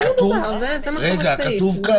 כתוב כאן